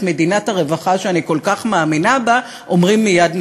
מדינת הרווחה שאני כל כך מאמינה בה אומרים מייד,